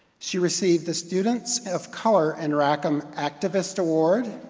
she received the students of color and rackham activist award,